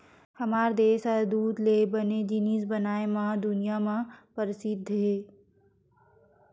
हमर देस ह दूद ले बने जिनिस बनाए म दुनिया म परसिद्ध हे